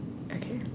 okay